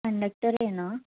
కండక్టరేనా